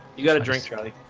you got a drink